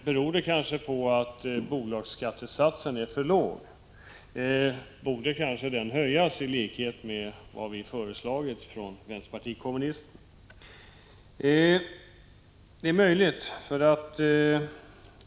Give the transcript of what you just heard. Beror det möjligen på att bolagsskattesatsen är för låg? Den kanske borde höjas, såsom vi från vpk föreslagit. Det är möjligt att det är på det sättet.